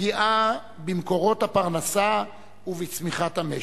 פגיעה במקורות הפרנסה ובצמיחת המשק.